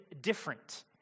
different